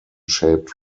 shaped